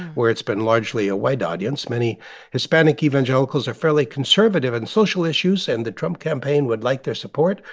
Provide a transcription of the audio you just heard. where it's been largely a white audience. many hispanic evangelicals are fairly conservative on and social issues. and the trump campaign would like their support.